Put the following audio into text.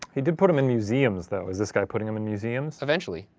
he did put them in museums though. is this guy putting them in museums? eventually.